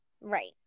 Right